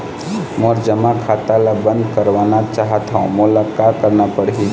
मोर जमा खाता ला बंद करवाना चाहत हव मोला का करना पड़ही?